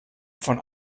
von